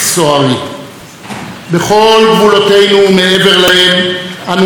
בכל גבולותינו ומעבר להם אנו נדרשים כל העת למצוא